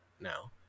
Now